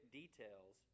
details